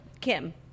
Kim